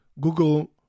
Google